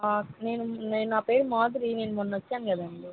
నేను నేను నా పేరు మాధురి నేను మొన్నొచ్చాను కదండి